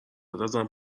ازم